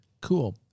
Cool